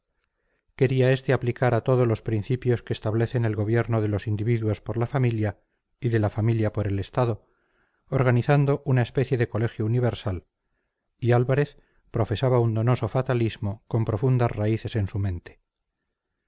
quería este aplicar a todo los principios que establecen el gobierno de los individuos por la familia y de la familia por el estado organizando una especie de colegio universal y álvarez profesaba un donoso fatalismo con profundas raíces en su mente